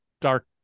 dark